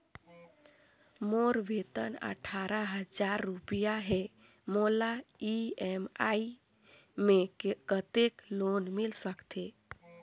मोर वेतन अट्ठारह हजार रुपिया हे मोला ई.एम.आई मे कतेक लोन मिल सकथे?